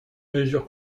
mesure